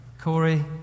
Corey